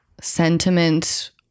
sentiment